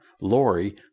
Lori